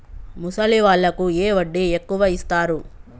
ముసలి వాళ్ళకు ఏ వడ్డీ ఎక్కువ ఇస్తారు?